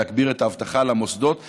להגביר את האבטחה של המוסדות,